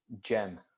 gem